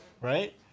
right